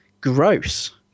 gross